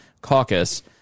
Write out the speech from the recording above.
caucus